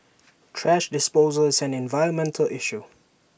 thrash disposal is an environmental issue